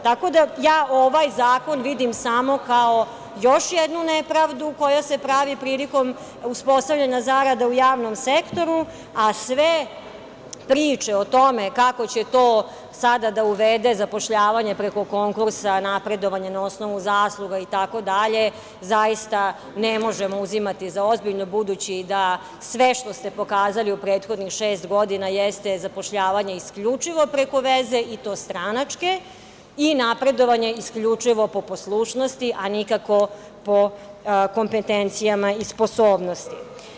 Tako da ja ovaj zakon vidim samo kao još jednu nepravdu koja se pravi prilikom uspostavljanja zarada u javnom sektoru, a sve priče o tome kako će to sada da uvede zapošljavanje preko konkursa, napredovanje na osnovu zasluga itd. zaista ne možemo uzimati za ozbiljno budući da sve što se pokazali u prethodnih šest godina jeste zapošljavanje isključivo preko veze i to stranačke i napredovanje isključivo po poslušnosti, a nikako po kompetencijama i sposobnosti.